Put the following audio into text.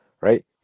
right